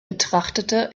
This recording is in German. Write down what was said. betrachtete